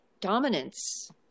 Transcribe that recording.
dominance